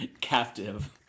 captive-